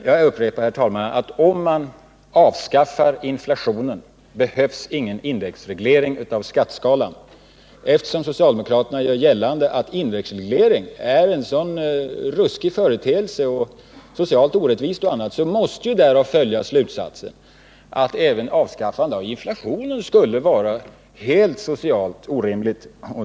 Jag upprepar, herr talman, att om man avskaffar inflationen behövs det ingen indexreglering av skatteskalan. Eftersom socialdemokraterna gör gällande att indexregleringen är en sådan ruskig företeelse, socialt orättvis och annat, måste ju därav även följa slutsatsen att avskaffandet av inflationen skulle vara socialt orimligt.